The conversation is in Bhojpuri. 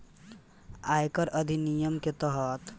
आयकर अधिनियम के तहत एक आदमी के द्वारा कामयिल आय पर कर लगावल जाला